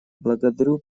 благодарю